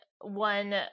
one